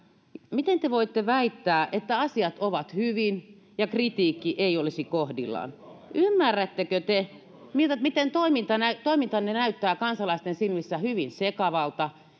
miten te voitte väittää että asiat ovat hyvin ja kritiikki ei olisi kohdillaan ymmärrättekö te miten toimintanne toimintanne näyttää kansalaisten silmissä hyvin sekavalta